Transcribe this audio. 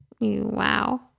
wow